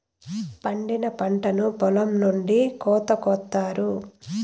పండిన పంటను పొలం నుండి కోత కొత్తారు